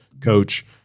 coach